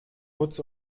putz